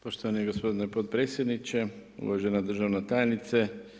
Poštovani gospodine potpredsjedniče, uvažena državna tajnice.